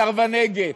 סרבני גט.